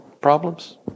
problems